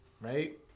right